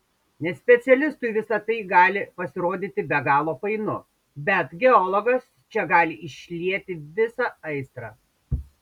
nespecialistui visa tai gali pasirodyti be galo painu bet geologas čia gali išlieti visą aistrą